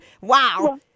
Wow